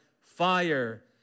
fire